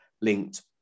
linked